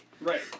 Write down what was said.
Right